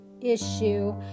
issue